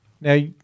Now